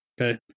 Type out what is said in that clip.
Okay